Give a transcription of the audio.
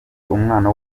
umwana